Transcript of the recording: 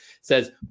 Says